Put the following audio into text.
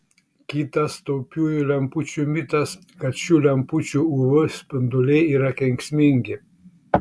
kitas taupiųjų lempučių mitas kad šių lempučių uv spinduliai yra kenksmingi